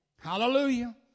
Hallelujah